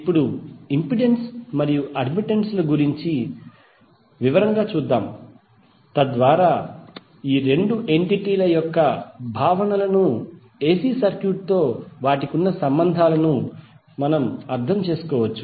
ఇప్పుడు ఇంపెడెన్స్ మరియు అడ్మిటెన్స్ గురించి వివరంగా చూద్దాం తద్వారా ఈ రెండు ఎంటిటీ ల యొక్క భావనలను ఎసి సర్క్యూట్ తో సంబంధాలతో అర్థం చేసుకోవచ్చు